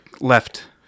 left